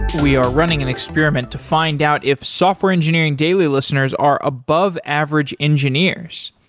we are running an experiment to find out if software engineering daily listeners are above average engineers.